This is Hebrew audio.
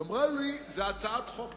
היא אמרה: זו הצעת חוק תקציבית.